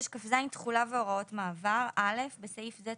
תחולה והוראות מעבר 26כז. (א)בסעיף זה,